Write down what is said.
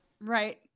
Right